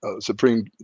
supreme